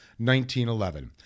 1911